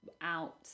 out